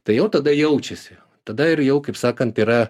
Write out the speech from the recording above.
tai jau tada jaučiasi tada ir jau kaip sakant yra